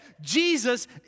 Jesus